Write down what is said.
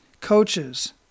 Coaches